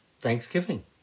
Thanksgiving